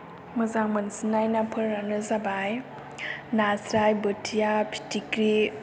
मोजां मोनसिनाय नाफोरानो जाबाय नास्राय बोथिआ फिथिख्रि